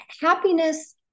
happiness